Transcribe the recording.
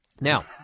Now